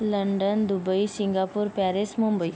London Dubai Singapore Paris Mumbai